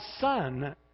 Son